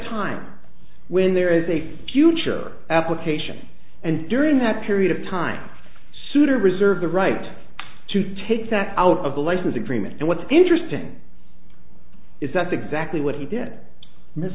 time when there is a future application and during that period of time souter reserve the right to take that out of the lessons agreement and what's interesting is that's exactly what he did m